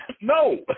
No